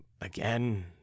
again